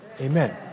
Amen